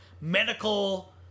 medical